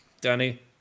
Danny